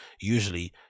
usually